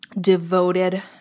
devoted